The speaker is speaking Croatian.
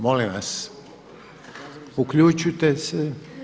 Molim vas uključite se.